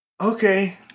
Okay